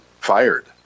fired